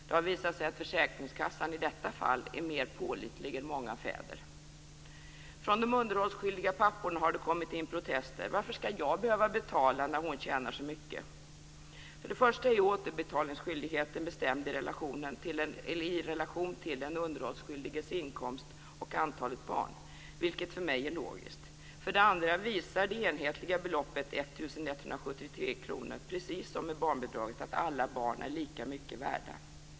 Det har visat sig att försäkringskassan i detta fall är mer pålitlig än många fäder. Från de underhållsskyldiga papporna har det kommit in protester: "Varför skall jag behöva betala när hon tjänar så mycket?" För det första är återbetalningsskyldigheten bestämd i relation till den underhållsskyldiges inkomst och antalet barn, vilket för mig är logiskt. För det andra visar det enhetliga beloppet, 1 173 kr, precis som med barnbidraget, att alla barn är lika mycket värda.